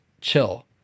chill